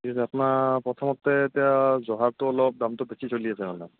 আপোনাৰ প্ৰথমতে এতিয়া জহাটো অলপ দামটো বেছি চলি আছে মানে